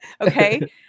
Okay